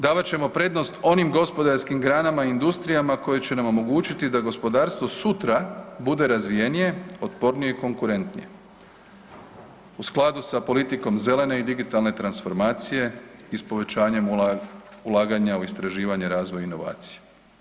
Davat ćemo prednost onim gospodarskim granama i industrijama koje će nam omogućiti da gospodarstvo sutra bude razvijenije, otpornije i konkurentnije u skladu sa politikom zelene i digitalne transformacije i s povećanjem ulaganja u istraživanja, ulaganja i inovacije.